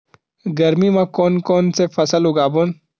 गरमी मा कोन कौन से फसल उगाबोन?